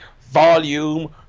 volume